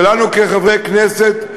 ולנו כחברי כנסת,